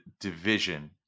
division